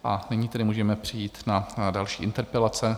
A nyní tedy můžeme přejít na další interpelace.